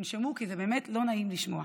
תנשמו, כי זה באמת לא נעים לשמוע.